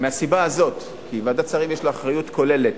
מהסיבה הזו, כי ועדת השרים יש לה אחריות כוללת.